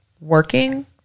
working